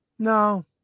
no